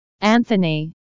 Anthony